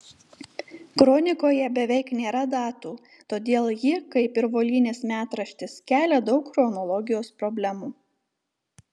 kronikoje beveik nėra datų todėl ji kaip ir volynės metraštis kelia daug chronologijos problemų